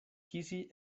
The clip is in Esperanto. kisi